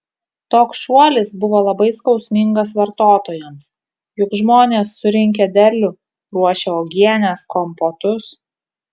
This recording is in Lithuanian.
toks šuolis buvo labai skausmingas vartotojams juk žmonės surinkę derlių ruošia uogienes kompotus